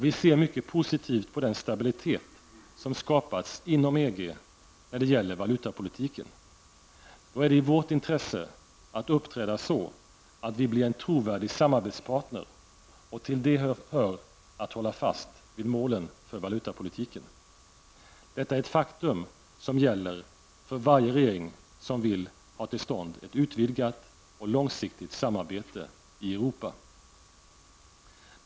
Vi ser mycket positivt på den stabilitet som skapats inom EG när det gäller valutapolitiken. Det är i vårt intresse att uppträda så att vi blir en trovärdig samarbetspartner och till det hör att hålla fast vid målen för valutapolitiken. Detta är ett faktum som gäller för varje regering, som vill ha till stånd ett utvidgat och långsiktigt samarbete i Europa.